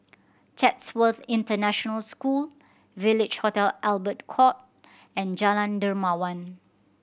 Chatsworth International School Village Hotel Albert Court and Jalan Dermawan